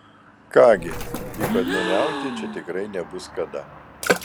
ką gi dykaduoniauti čia tikrai nebus kada